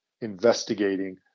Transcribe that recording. investigating